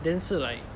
then 是 like